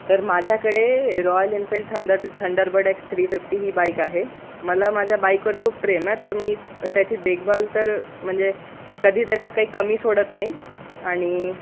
तर माझ्याकडे Royal Enfield thunder Thunderbird X three fifty ही बाईक आहे मला माझ्या बाईकवर खूप प्रेम आय तर मी त्याची देखभाल तर म्हणजे कधी त्याच्यात काही कमी सोडत नाही आणि